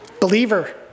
Believer